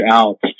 out